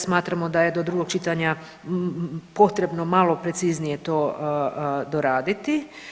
Smatramo da je do drugog čitanja potrebno malo preciznije to doraditi.